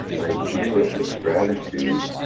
i view it with gratitude,